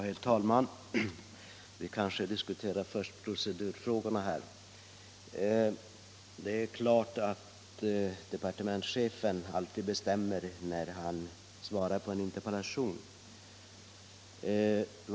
Herr talman! Vi skall kanske först diskutera procedurfrågorna. Det är klart att departementschefen alltid bestämmer när han svarar på en interpellation.